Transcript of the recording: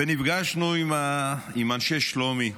ונפגשנו עם אנשי שלומי,